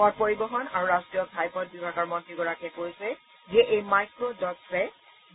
পথ পৰিবহন আৰু ৰট্টীয় ঘাইপথ বিভাগৰ মন্ত্ৰীগৰাকীয়ে কৈছে যে এই মাইক্ৰ ড টছে